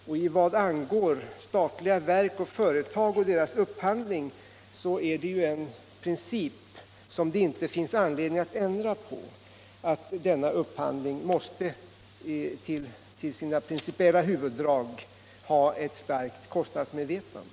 Och i vad angår statliga verk och företag och deras upphandling finns det ju en princip som vi inte har någon anledning att ändra på: att upphandlingen i sina huvuddrag måste grundas på ett starkt kostnadsmedvetande.